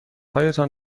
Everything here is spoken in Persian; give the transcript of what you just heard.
هایتان